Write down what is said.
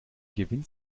gewinnt